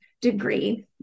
degree